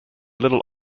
little